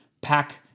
pack